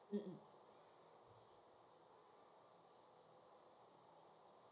um um